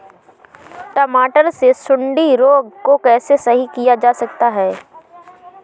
टमाटर से सुंडी रोग को कैसे सही किया जा सकता है?